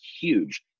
huge